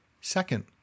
Second